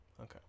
Okay